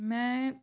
ਮੈਂ